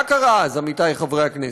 מה קרה אז, עמיתי חברי הכנסת?